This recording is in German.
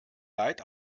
leid